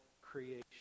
creation